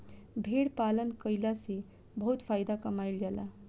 भेड़ पालन कईला से बहुत फायदा कमाईल जा जाला